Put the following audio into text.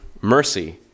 mercy